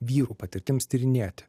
vyrų patirtims tyrinėti